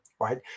right